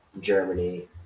Germany